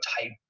type